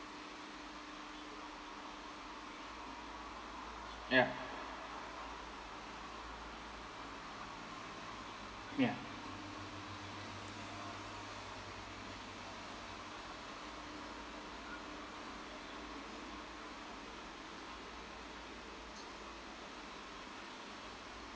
ya ya